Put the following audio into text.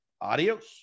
Adios